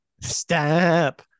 Stop